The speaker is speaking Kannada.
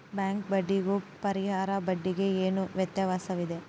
ಬ್ಯಾಂಕ್ ಬಡ್ಡಿಗೂ ಪರ್ಯಾಯ ಬಡ್ಡಿಗೆ ಏನು ವ್ಯತ್ಯಾಸವಿದೆ?